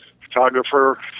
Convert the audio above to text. photographer